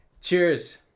cheers